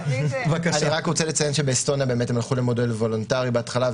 אני רק רוצה לציין שבאסטוניה הם הלכו למודל וולונטרי בהתחלה,